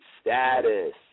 Status